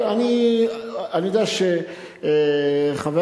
כן, אני יודע שחבר